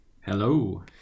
Hello